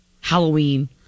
Halloween